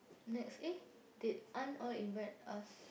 next eh did aunt all invite us